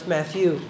Matthew